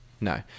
no